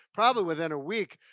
probably within a week,